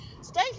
Stay